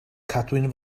cadwyn